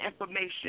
information